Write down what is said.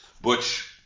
Butch